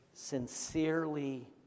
sincerely